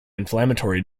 inflammatory